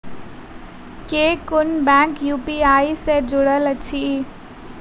केँ कुन bank UPI सँ जुड़ल अछि?